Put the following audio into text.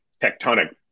tectonic